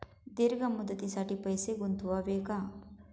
दीर्घ मुदतीसाठी पैसे गुंतवावे का?